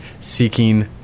seeking